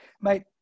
Mate